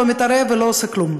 לא מתערב ולא עושה כלום.